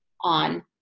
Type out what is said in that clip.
on